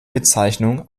bezeichnung